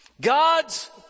God's